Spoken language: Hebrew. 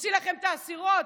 נוציא לכם את האסירות,